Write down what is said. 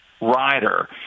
rider